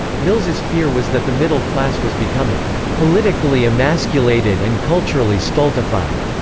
mills's fear was that the middle class was becoming politically emasculated and culturally stultified,